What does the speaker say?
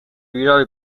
بیراه